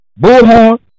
Bullhorn